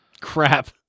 crap